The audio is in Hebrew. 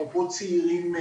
אפרופו צעירים,